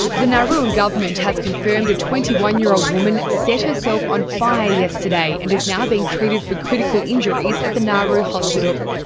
the nauruan government has confirmed a twenty one year old woman set herself on fire yesterday and is now being treated for critical injuries at the nauru hospital.